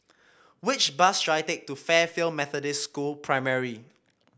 which bus should I take to Fairfield Methodist School Primary